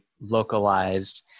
localized